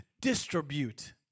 distribute